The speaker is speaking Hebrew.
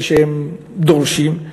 והם דורשים?